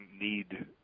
need